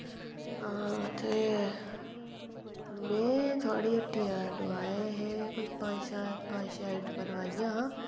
हां ते में थोआढ़ी हट्टिया दा नोहाए हे कोई पंज छे पंज छे आइटमां नोहाइयां हा